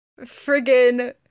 friggin